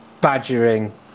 badgering